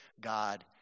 God